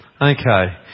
Okay